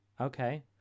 okay